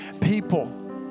people